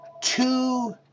two